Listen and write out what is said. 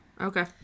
Okay